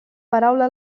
paraula